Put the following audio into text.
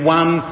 one